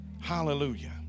Hallelujah